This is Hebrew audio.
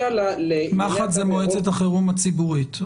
מח"צ זה מועצת החירום הציבורית.